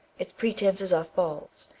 its pretences are false,